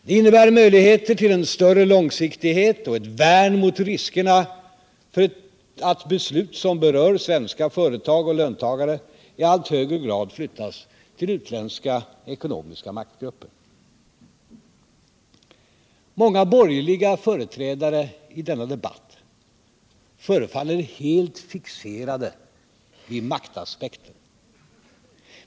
Det innebär möjligheter till en större långsiktighet och ett värn mot riskerna att beslut som berör svenska företag och löntagare i allt högre grad flyttas till utländska ekonomiska maktgrupper. Många borgerliga företrädare i denna debatt förefaller helt fixerade vid maktaspekten.